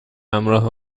همراه